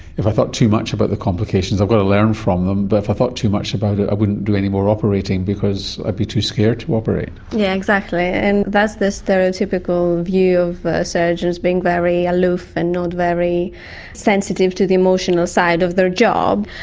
if i thought too much about the complications, i've got to learn from them, but if i thought too much about it i wouldn't do any more operating because i'd be too scared to operate. yes, yeah exactly, and that's the stereotypical view of surgeons being very aloof and not very sensitive to the emotional side of their job.